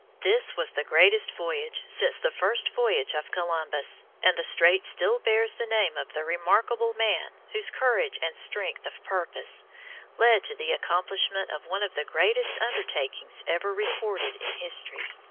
this was the greatest voyage since the first voyage of columbus, and the strait still bears the name of the remarkable man whose courage and strength of purpose led to the accomplishment of one of the greatest undertakings ever recorded in history.